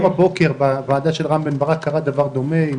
הבוקר בוועדה של יו"ר ועדת החו"ב רם בן ברק קרה דבר דומה,